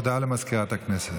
הודעה לסגנית מזכיר הכנסת.